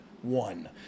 One